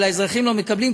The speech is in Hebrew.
אבל האזרחים לא מקבלים.